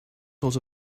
sort